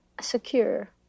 secure